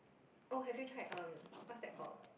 oh have you tried um what's that called